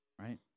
Right